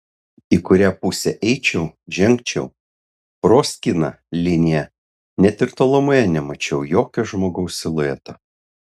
į kurią pusę eičiau žengčiau proskyna linija net ir tolumoje nemačiau jokio žmogaus silueto